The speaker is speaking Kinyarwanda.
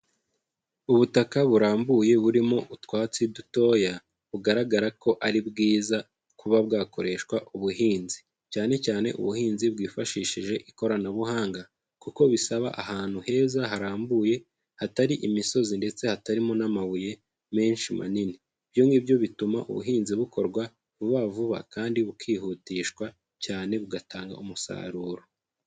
Ubutaka burambuye burimo utwatsi dutoya, bugaragara ko ari bwiza kuba bwakoreshwa ubuhinzi, cyane cyane ubuhinzi bwifashishije ikoranabuhanga, kuko bisaba ahantu heza harambuye, hatari imisozi ndetse hatarimo n'amabuye menshi manini, ibyo ngibyo bituma ubuhinzi bukorwa vuba vuba, kandi bukihutishwa cyane bugatanga umusaruro.